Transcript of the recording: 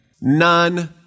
None